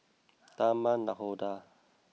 Taman Nakhoda